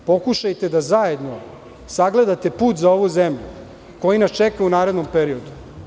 Pokušajte da zajedno sagledate put za ovu zemlju koji nas čeka u narednom periodu.